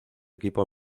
equipo